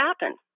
happen